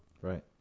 Right